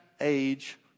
age